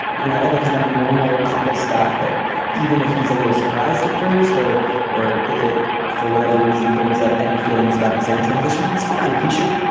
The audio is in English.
you know, all the kind of normal couples stuff that yeah even if he's a little surprised at first or or if it for whatever reason, brings up any feelings about his own transition, that's fine. he should.